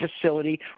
facility